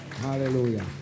hallelujah